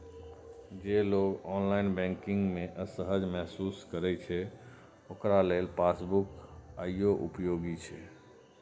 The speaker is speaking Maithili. जे लोग ऑनलाइन बैंकिंग मे असहज महसूस करै छै, ओकरा लेल पासबुक आइयो उपयोगी छै